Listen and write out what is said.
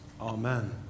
Amen